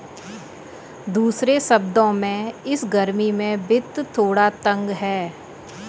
दूसरे शब्दों में, इस गर्मी में वित्त थोड़ा तंग है